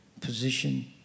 position